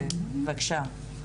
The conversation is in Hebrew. בבקשה,